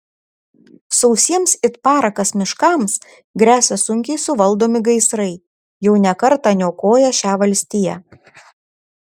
sausiems it parakas miškams gresia sunkiai suvaldomi gaisrai jau ne kartą niokoję šią valstiją